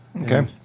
Okay